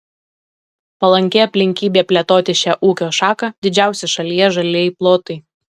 palanki aplinkybė plėtoti šią ūkio šaką didžiausi šalyje žalieji plotai